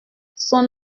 son